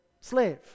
slave